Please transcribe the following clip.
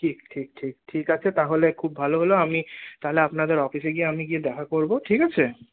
ঠিক ঠিক ঠিক ঠিক আছে তাহলে খুব ভালো হলো আমি তাহলে আপনাদের অফিসে গিয়ে আমি গিয়ে দেখা করবো ঠিক আছে